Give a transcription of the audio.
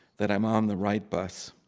that i'm on the right bus.